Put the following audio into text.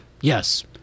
yes